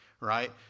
right